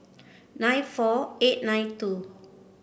nine four eight nine two